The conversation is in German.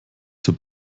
zur